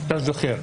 אתה זוכר.